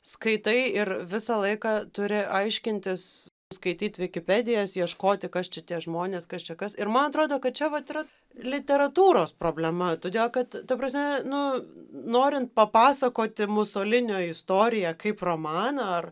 skaitai ir visą laiką turi aiškintis skaityt vikipedijas ieškoti kas čia tie žmonės kas čia kas ir man atrodo kad čia vat yra literatūros problema todėl kad ta prasme nu norint papasakoti musolinio istoriją kaip romaną ar